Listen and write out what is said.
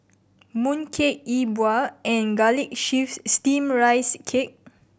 mooncake Yi Bua and Garlic Chives Steamed Rice Cake